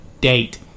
date